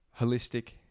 holistic